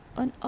on